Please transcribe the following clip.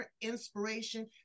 inspiration